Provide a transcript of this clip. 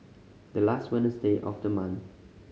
the last Wednesday of the month